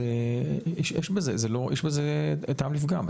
יש בזה טעם לפגם.